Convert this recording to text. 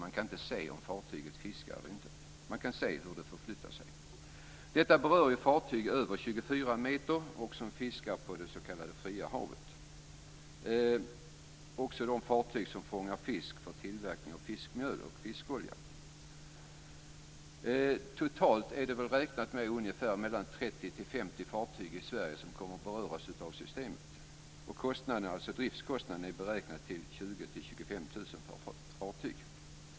Man kan inte se om fartyget fiskar, men man kan se hur det förflyttar sig. Detta rör fartyg över 24 meter som fiskar på det s.k. fria havet och också fartyg som fångar fisk för tillverkning av fiskmjöl och fiskolja. Man har räknat med att totalt mellan 30 och 50 fartyg i Sverige kommer att beröras av systemet. Driftskostnaderna är beräknade till 20 000-25 000 kr per fartyg.